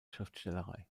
schriftstellerei